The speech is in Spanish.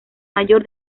mayor